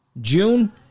June